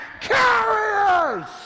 carriers